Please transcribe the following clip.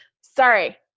Sorry